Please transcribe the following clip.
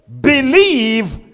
believe